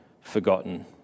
forgotten